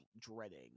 dreading